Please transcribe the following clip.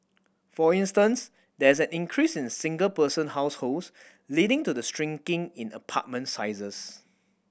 for instance there is an increase in single person households leading to the shrinking in apartment sizes